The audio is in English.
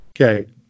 Okay